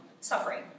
suffering